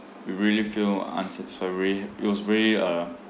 we really feel unsatisfactory it was very uh